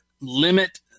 limit